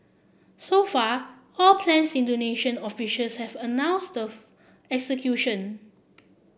so far all plans Indonesian officials have announced of execution